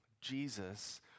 Jesus